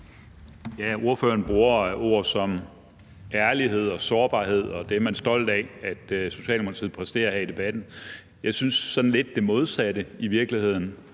Ordføreren bruger ord som »ærlighed« og »sårbarhed«, og det er man stolt af at Socialdemokratiet præsterer her i debatten. Jeg synes i virkeligheden